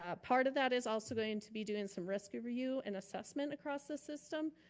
ah part of that is also going to be doing some risk review and assessment across the system,